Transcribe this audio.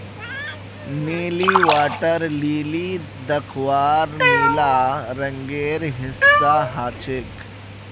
नीली water lily दख्वार नीला रंगेर हिस्सा ह छेक